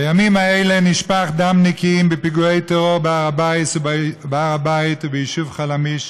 בימים האלה נשפך דם נקיים בפיגועי טרור בהר הבית וביישוב חלמיש,